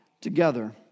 together